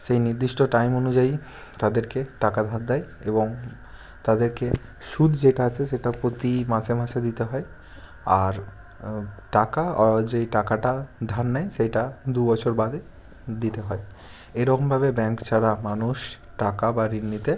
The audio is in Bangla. সেই নির্দিষ্ট টাইম অনুযায়ী তাদেরকে টাকা ধার দেয় এবং তাদেরকে সুদ যেটা আছে সেটা প্রতি মাসে মাসে দিতে হয় আর টাকা যেই টাকাটা ধার নেয় সেইটা দুবছর বাদে দিতে হয় এই রকমভাবে ব্যাংক ছাড়া মানুষ টাকা বা ঋণ নিতে